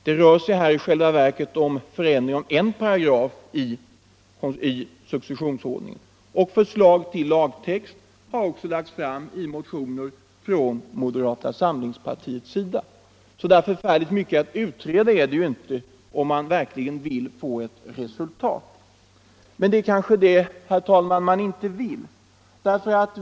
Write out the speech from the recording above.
Det rör sig i själva verket om förändring av en paragraf i successionsordningen, och förslag till lagtext, har också lagts fram i motioner från moderata samlingspartiets sida. Så förfärligt mycket att utreda finns det inte om man verkligen vill få ett resultat. Men det är kanske det, herr talman, man inte vill.